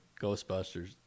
Ghostbusters